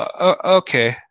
Okay